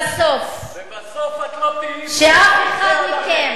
לבסוף, לבסוף את לא תהיי פה, לזה אנחנו נדאג.